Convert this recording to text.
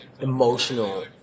emotional